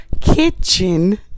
Kitchen